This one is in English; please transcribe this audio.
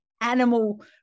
animal